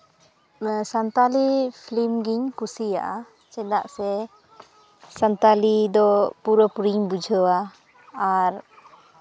Santali film ᱜᱮᱧ ᱠᱩᱥᱤᱭᱟᱜᱼᱟ ᱪᱮᱫᱟᱜ ᱥᱮ ᱥᱟᱱᱛᱟᱲᱤ ᱫᱚ ᱯᱩᱨᱟᱹᱯᱩᱨᱤᱧ ᱵᱩᱡᱷᱟᱹᱣᱟ ᱟᱨ